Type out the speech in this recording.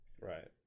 right